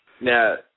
Now